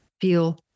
feel